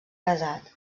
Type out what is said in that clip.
casat